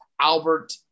Albert